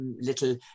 little